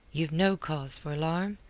you've no cause for alarm.